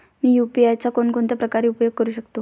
मी UPI चा कोणकोणत्या प्रकारे उपयोग करू शकतो?